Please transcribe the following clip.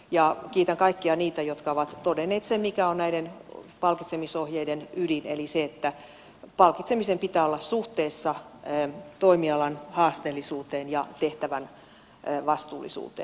ja kiitän kaikkia niitä jotka ovat todenneet sen mikä on näiden palkitsemisohjeiden ydin eli sen että palkitsemisen pitää olla suhteessa toimialan haasteellisuuteen ja tehtävän vastuullisuuteen